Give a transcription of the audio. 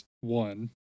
one